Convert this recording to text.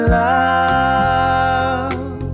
love